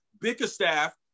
Bickerstaff